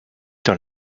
dans